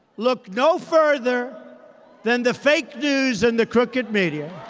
look no further than the fake news and the crooked media.